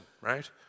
right